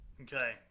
Okay